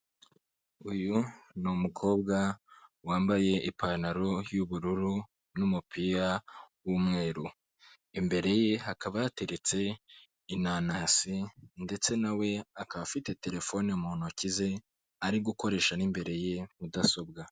Uyu ni umukobwa wambaye ipantaro y'ubururu n'umupira w'umweru, imbere ye hakaba hateretse inanasi ndetse na we akaba afite telefone mu ntoki ze ari gukoresha n'imbere ye mudasobwa.